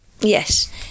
Yes